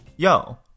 Yo